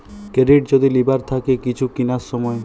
credit যদি লিবার থাকে কিছু কিনার সময়